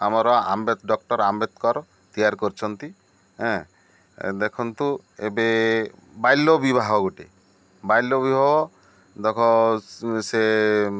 ଆମର ଡକ୍ଟର ଆମ୍ବେଦକର ତିଆରି କରିଛନ୍ତି ଦେଖନ୍ତୁ ଏବେ ବାଲ୍ୟ ବିବାହ ଗୋଟେ ବାଲ୍ୟ ବିବାହ ଦେଖ ସେ